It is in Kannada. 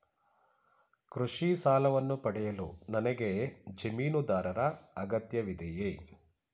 ಕೃಷಿ ಸಾಲವನ್ನು ಪಡೆಯಲು ನನಗೆ ಜಮೀನುದಾರರ ಅಗತ್ಯವಿದೆಯೇ?